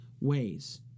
ways